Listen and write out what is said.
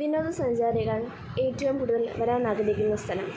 വിനോദസഞ്ചാരികൾ ഏറ്റവും കൂടുതൽ വരാനാഗ്രഹിക്കുന്ന സ്ഥലം